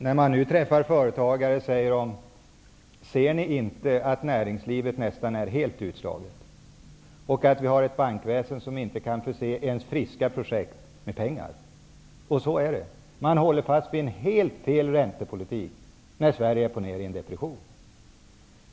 När man nu träffar företagare, säger de: Ser ni inte att näringslivet är nästan helt utslaget och att vi har ett bankväsen som inte kan förse ens friska projekt med pengar? Och så är det. Den räntepolitik som förs är helt felaktig, när Sverige är på väg ner i en depression.